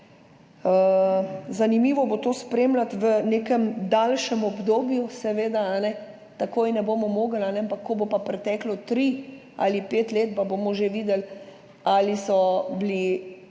Zanimivo bo to spremljati v nekem daljšem obdobju, seveda takoj ne bomo mogli, ampak ko bo preteklo tri ali pet let, pa bomo že videli, ali so bili